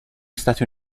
stati